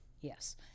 Yes